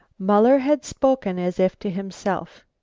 muller had spoken as if to himself.